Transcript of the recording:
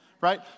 right